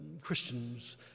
Christians